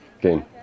Game